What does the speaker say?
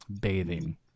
Bathing